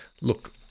Look